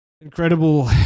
Incredible